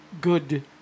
good